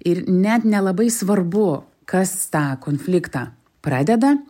ir net nelabai svarbu kas tą konfliktą pradeda